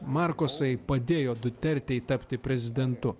markosai padėjo dutertei tapti prezidentu